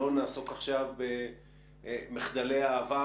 לא נעסוק עכשיו במחדלי העבר.